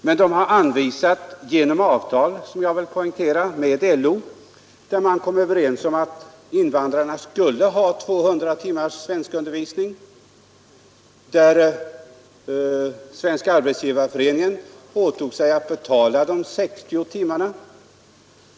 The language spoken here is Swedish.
Men jag vill poängtera att företagen träffat avtal med LO, där man kommit överens om att invandrarna skulle ha 200 timmars svenskundervisning och Svenska arbetsgivareföreningen åtog sig att betala 60 timmar.